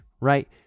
right